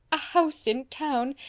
a house in town!